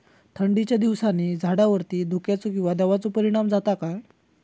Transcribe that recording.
थंडीच्या दिवसानी झाडावरती धुक्याचे किंवा दवाचो परिणाम जाता काय?